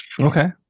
Okay